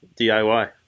DIY